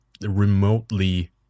remotely